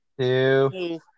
two